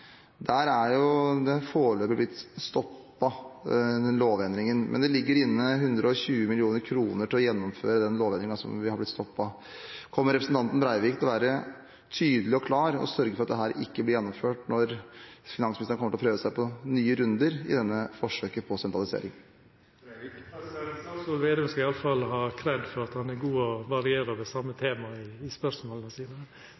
Der er lovendringen foreløpig blitt stoppet, men det ligger inne 120 mill. kr til å gjennomføre den lovendringen som er blitt stoppet. Kommer representanten Breivik til å være tydelig og klar og sørge for at dette ikke blir gjennomført når finansministeren kommer til å prøve seg på nye runder i dette forsøket på sentralisering? Slagsvold Vedum skal iallfall ha «kred» for at han er god til å variera det same temaet i spørsmåla sine. Venstre er klare og tydelege, me sa jo eit eintydig nei til denne reforma i